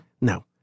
No